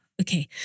okay